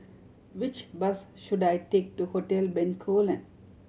which bus should I take to Hotel Bencoolen